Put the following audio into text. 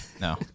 No